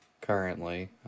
currently